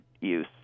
use